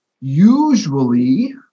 usually